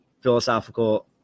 philosophical